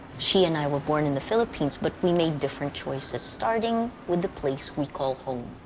she and i were born in the philippines, but we made different choices. starting with the place we call home.